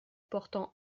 portant